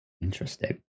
interesting